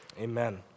Amen